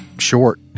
short